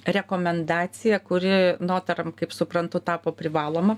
rekomendacija kuri notaram kaip suprantu tapo privaloma